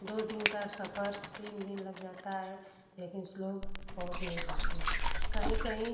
दो दिन का सफर तीन दिन लग जाता है लेकिन लोग पहुँच नहीं पाते हैं कहीं कहीं